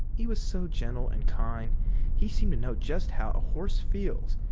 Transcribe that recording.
he was so gentle and kind he seemed to know just how a horse feels,